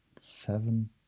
seven